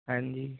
ਹਾਂਜੀ